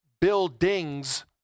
buildings